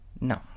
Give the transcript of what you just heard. No